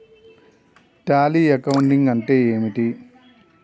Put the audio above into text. Tally accounting అంటే ఏమిటి?